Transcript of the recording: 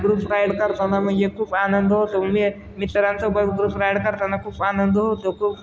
group ride करताना मग खूप आनंद होतो मी मित्रांसोबत ग्रुप राईड करताना खूप आनंद होतो तो